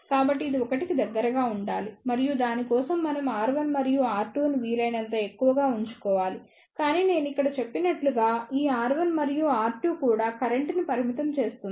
కాబట్టి ఇది 1 కి దగ్గరగా ఉండాలి మరియు దాని కోసం మనం R1 మరియు R2 ను వీలైనంత ఎక్కువగా ఎంచుకోవాలి కాని నేను ఇక్కడ చెప్పినట్లుగా ఈ R1 మరియు R2 కూడా కరెంట్ ని పరిమితం చేస్తుంది